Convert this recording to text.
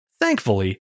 Thankfully